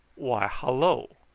why, hallo!